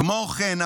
כמו כן,